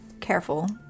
careful